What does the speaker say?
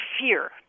fear